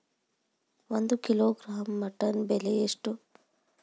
ಒಂದು kilogram mutton ಬೆಲೆ ಎಷ್ಟ್?